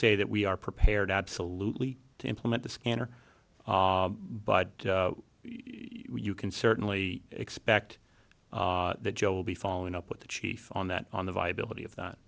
say that we are prepared absolutely to implement the scanner but you can certainly expect that joe will be following up with the chief on that on the viability of that